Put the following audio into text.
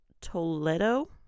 Toledo